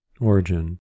Origin